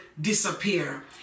disappear